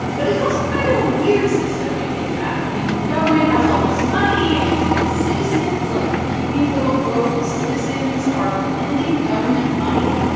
but it's also kind of a weird system if you think about it. i mean, the government has all this money. and then citizens, like puny, little, broke citizens are lending the government money.